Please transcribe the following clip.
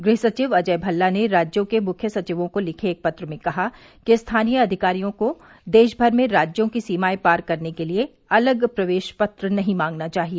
गृह सचिव अजय भल्ला ने राज्यों के मुख्य सचिवों को लिखे एक पत्र में कहा कि स्थानीय अधिकारियों को देशभर में राज्यों की सीमाएं पार करने के लिए अलग प्रवेश पत्र नहीं मांगना चाहिए